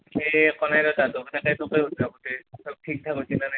দে তাহাঁতোক সব ঠিক ঠাক হৈছিনা নাই